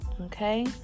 Okay